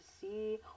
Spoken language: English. see